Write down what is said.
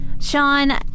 Sean